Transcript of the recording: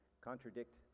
contradict